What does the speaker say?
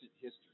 history